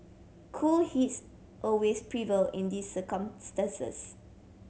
cool heads always prevail in these circumstances